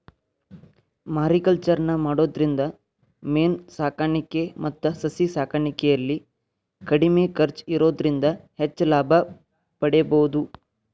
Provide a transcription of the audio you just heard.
mariculture ನ ಮಾಡೋದ್ರಿಂದ ಮೇನ ಸಾಕಾಣಿಕೆ ಮತ್ತ ಸಸಿ ಸಾಕಾಣಿಕೆಯಲ್ಲಿ ಕಡಿಮೆ ಖರ್ಚ್ ಇರೋದ್ರಿಂದ ಹೆಚ್ಚ್ ಲಾಭ ಪಡೇಬೋದು